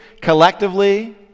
collectively